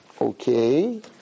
okay